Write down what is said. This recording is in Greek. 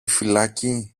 φυλακή